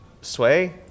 sway